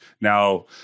Now